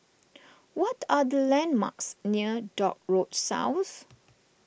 what are the landmarks near Dock Road South